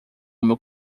meu